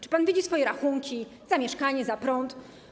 Czy pan widzi swoje rachunki za mieszkanie, za prąd?